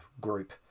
group